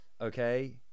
Okay